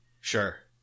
Sure